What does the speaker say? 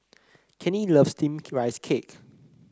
Kenny loves steamed Rice Cake